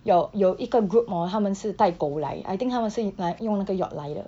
有有一个 group hor 他们是带狗来 I think 他们是来用那个 yacht 来的